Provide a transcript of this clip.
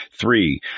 Three